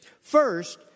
First